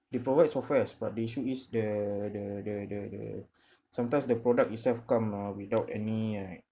they provide softwares but the issue is the the the the sometimes the product itself come ah without any like